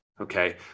Okay